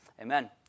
Amen